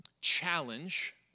challenge